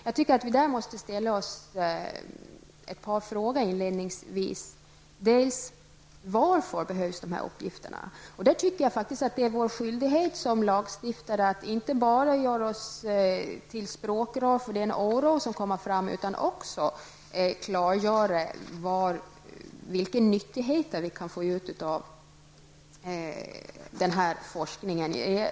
Jag tycker att vi inledningsvis måste ställa ett par frågor. Varför behövs dessa uppgifter? Jag tycker faktiskt att det är vår skyldighet som lagstiftare att inte bara göra oss till språkrör för den oro som kommer fram utan också klargöra vilka nyttigheter vi kan få ut av forskningen.